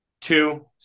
Two